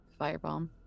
firebomb